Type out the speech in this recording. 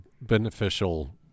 beneficial